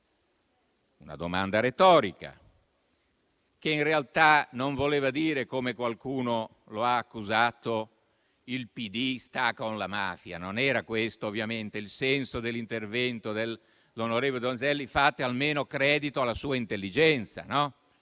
una domanda retorica che in realtà non voleva dire - come qualcuno lo ha accusato - che il PD sta con la mafia. Non era questo ovviamente il senso dell'intervento dell'onorevole Donzelli. Fate almeno credito alla sua intelligenza.